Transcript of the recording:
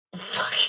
Fuck